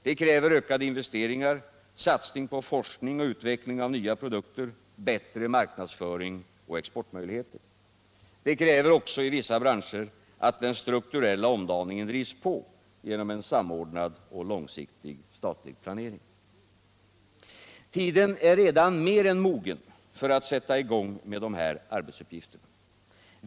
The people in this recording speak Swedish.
Det kräver ökade investeringar, satsning på forskning och utveckling av nya produkter, bättre marknadsföring och exportmöjligheter. Det kräver också, i vissa branscher, att den strukturella omdaningen drivs på genom en samordnad och långsiktig statlig planering. Tiden är redan mer än mogen för att sätta i gång med de här arbetsuppgifterna.